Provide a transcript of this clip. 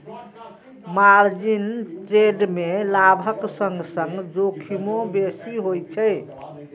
margin trade मे लाभक संग संग जोखिमो बेसी होइ छै